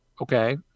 Okay